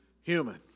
human